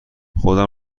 خودم